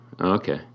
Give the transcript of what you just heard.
okay